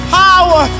power